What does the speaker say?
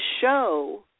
show